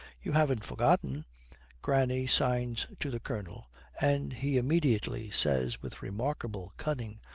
you haven't forgotten granny signs to the colonel and he immediately says, with remarkable cunning,